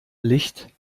licht